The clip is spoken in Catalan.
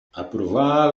aprovar